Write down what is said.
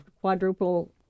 quadruple